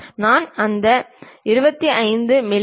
நான் அந்த 25 மி